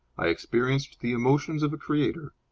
i experience the emotions of a creator.